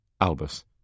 Albus